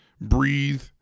breathe